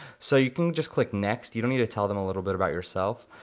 so you can just click next, you don't need to tell them a little bit about yourself.